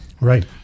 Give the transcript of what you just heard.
Right